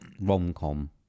rom-com